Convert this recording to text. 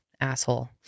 Asshole